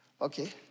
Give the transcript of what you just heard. Okay